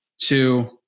two